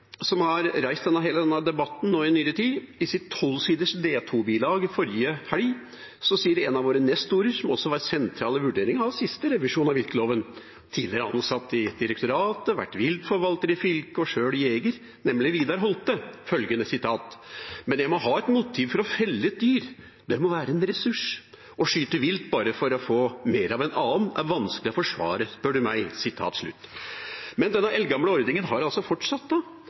som har reist hele denne debatten nå i nyere tid, i et tolvsiders D2-bilag forrige helg, sier en av våre nestorer som også var sentral i vurderingen av siste revisjon av viltloven, tidligere ansatt i direktoratet, viltforvalter i fylket og sjøl jeger, nemlig Vidar Holthe, følgende: «Men jeg må ha et motiv for å felle et dyr. Det må være en ressurs. Å skyte vilt bare for å få mer av en annen, er vanskelig å forsvare, spør du meg.» Men denne eldgamle ordningen har fortsatt,